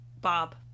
Bob